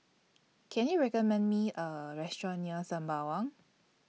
Can YOU recommend Me A Restaurant near Sembawang